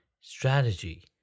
strategy